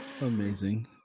amazing